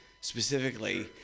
specifically